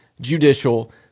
judicial